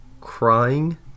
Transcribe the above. crying